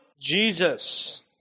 Jesus